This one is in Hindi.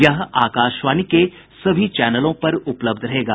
यह आकाशवाणी के सभी चैनलों पर उपलब्ध रहेगा